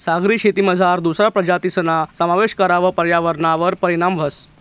सागरी शेतीमझार दुसरा प्रजातीसना समावेश करावर पर्यावरणवर परीणाम व्हस